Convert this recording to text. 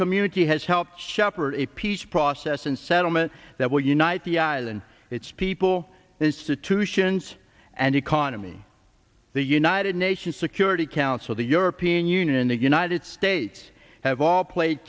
community has helped shepherd a peace process and settlement that will unite the island its people and institutions and economy the united nations security council the european union the united states have all play